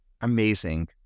Amazing